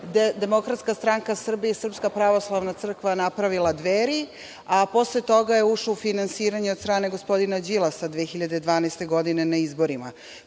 hvalio da su DSS i Srpska pravoslavna crkva napravila Dveri, a posle toga je ušao u finansiranje od strane gospodina Đilasa, 2012. godine na izborima. Prema